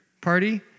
party